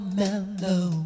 mellow